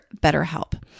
BetterHelp